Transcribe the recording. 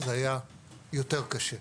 זה היה יותר קשה.